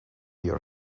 your